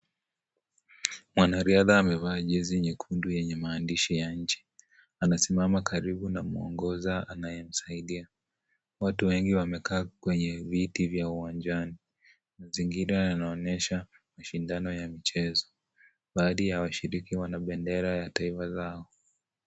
Mwanariadha amevaa jezi nyekundu yenye maandishi ya nchi ,anasimama karibu na mwongoza anayemsaidia. Watu wengi wamekaa kwenye viti vya uwanjani , mazingira yanaonyesha mashindano ya mchezo, baadhi ya washiriki Wana bendera za taifa zao.